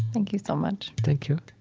thank you so much thank you